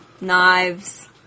Knives